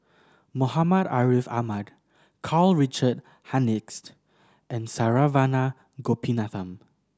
Muhammad Ariff Ahmad Karl Richard Hanitsch and Saravanan Gopinathan